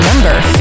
Number